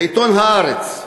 בעיתון "הארץ".